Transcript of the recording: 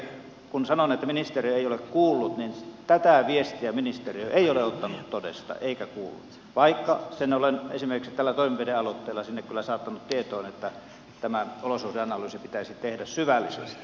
kun sanon että ministeriö ei ole kuullut niin tätä viestiä ministeriö ei ole ottanut todesta eikä kuullut vaikka sen olen esimerkiksi tällä toimenpidealoitteella sinne kyllä saattanut tietoon että tämä olosuhdeanalyysi pitäisi tehdä syvällisesti